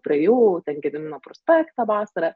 praėjau ten gedimino prospektą vasarą